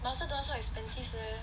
I also don't want so expensive leh